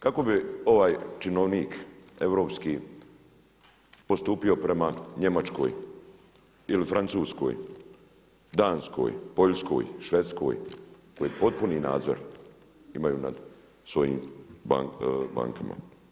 Kako bi ovaj činovnik europski postupio prema Njemačkoj ili Francuskoj, Danskoj, Poljskoj, Švedskoj koji potpuni nadzor imaju nad svojim bankama?